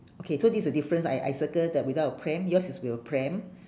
okay so this is the difference I I circle that without a pram yours is with a pram